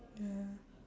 ya